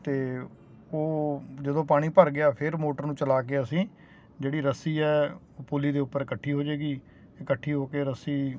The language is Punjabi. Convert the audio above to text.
ਅਤੇ ਉਹ ਜਦੋਂ ਪਾਣੀ ਭਰ ਗਿਆ ਫਿਰ ਮੋਟਰ ਨੂੰ ਚਲਾ ਕੇ ਅਸੀਂ ਜਿਹੜੀ ਰੱਸੀ ਹੈ ਪੁਲੀ ਦੇ ਉੱਪਰ ਇਕੱਠੀ ਹੋ ਜਾਏਗੀ ਇਕੱਠੀ ਹੋ ਕੇ ਰੱਸੀ